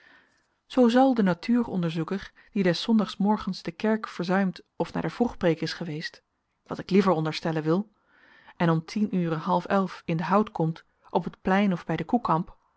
zoo zal de natuuronderzoeker die des zondagsmorgens de kerk verzuimt of naar de vroegpreek is geweest wat ik liever onderstellen wil en om tien uren half elf in den hout komt op het plein of bij den